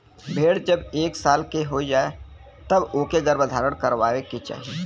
भेड़ जब एक साल के हो जाए तब ओके गर्भधारण करवाए के चाही